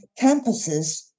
campuses